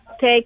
take